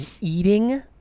eating